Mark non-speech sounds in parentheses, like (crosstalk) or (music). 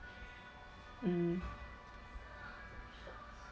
(noise) mm (noise)